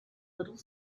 little